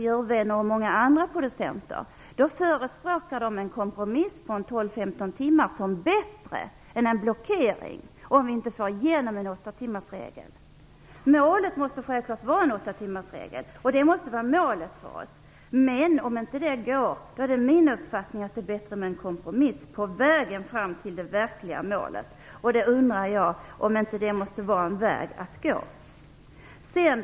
Djurvänner och producenter som jag har lyssnat på förespråkar en kompromiss på 12-15 timmar, då man anser att det skulle vara bättre än en blockering om vi inte får igenom åttatimmarsregeln. Målet måste givetvis vara en åttatimmarsregel. Men om det inte går är det min uppfattning att det är bättre med en kompromiss på vägen fram till det verkliga målet. Jag undrar om det inte är den vägen vi måste gå.